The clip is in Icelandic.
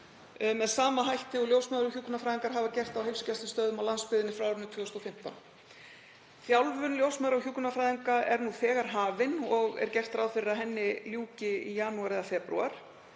með sama hætti og ljósmæður og hjúkrunarfræðingar hafa gert á heilsugæslustöðvum á landsbyggðinni frá árinu 2015. Þjálfun ljósmæðra og hjúkrunarfræðinga er nú þegar hafin og er gert ráð fyrir að henni ljúki í janúar eða febrúar.